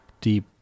deep